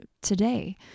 today